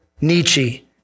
Nietzsche